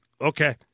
okay